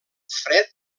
fred